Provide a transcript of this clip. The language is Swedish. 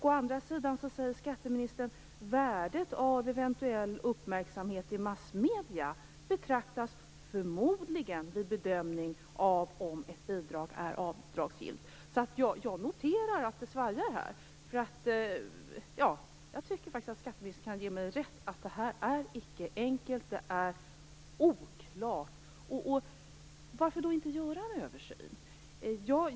Å andra sidan säger skatteministern att värdet av eventuell uppmärksamhet i massmedierna förmodligen betraktas vid bedömning av om ett bidrag är avdragsgillt. Jag noterar att det svajar här. Jag tycker faktiskt att skatteministern kan ge mig rätt i att det här inte är enkelt. Det är oklart. Varför då inte göra en översyn?